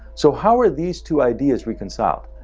so how are these two ideas reconciled?